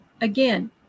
again